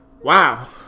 Wow